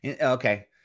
Okay